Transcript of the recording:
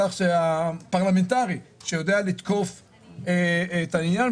פרלמנטרי שיודע לתקוף את העניין,